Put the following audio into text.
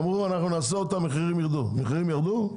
אמרו שלאחריה המחירים ירדו, המחירים ירדו?